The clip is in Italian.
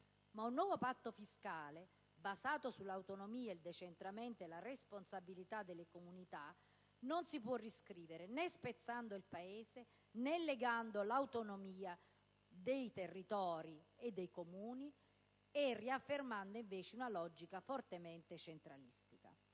Un nuovo patto fiscale basato sull'autonomia, sul decentramento e sulla responsabilità delle comunità non si può riscrivere né spezzando il Paese, né negando l'autonomia dei territori e dei Comuni, riaffermando, al contrario, una logica fortemente centralistica,